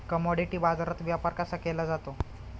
Commodity बाजारात व्यापार कसा केला जातो?